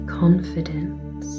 confidence